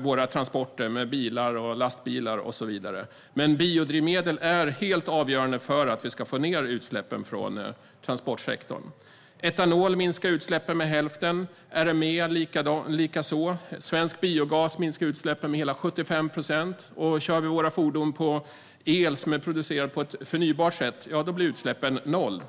våra transporter med bilar, lastbilar och så vidare. Men biodrivmedlen är helt avgörande för att vi ska få ned utsläppen från transportsektorn. Etanol minskar utsläppen med hälften, RME likaså. Svensk biogas minskar utsläppen med hela 75 procent, och kör vi våra fordon på el som är producerad på ett förnybart sätt blir utsläppen noll.